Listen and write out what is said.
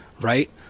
Right